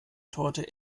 torte